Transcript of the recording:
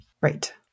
Right